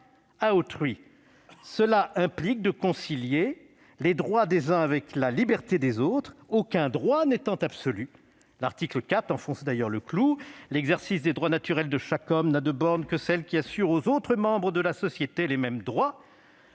à autrui ». Cela implique de concilier les droits des uns avec la liberté des autres, aucun droit n'étant absolu. L'article IV enfonce d'ailleurs le clou, pour ainsi dire :« L'exercice des droits naturels de chaque homme n'a de bornes que celles qui assurent aux autres membres de la société la jouissance